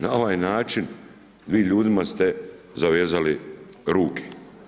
Na ovaj način vi ljudima ste zavezali ruke.